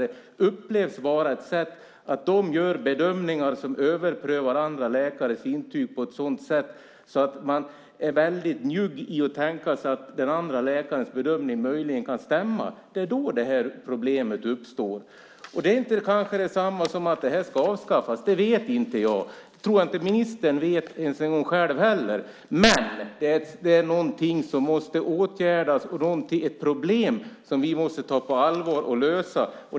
Det upplevs som att de gör bedömningar som överprövar andra läkares intyg på ett sådant sätt att de är väldigt njugga i att tänka sig att den andra läkarens bedömning kan stämma. Det är då problemet uppstår. Det är kanske inte detsamma som att systemet ska avskaffas. Det vet jag inte. Jag tror inte heller att ministern själv ens en gång vet det. Men det är någonting som måste åtgärdas, ett problem som vi måste ta på allvar och lösa.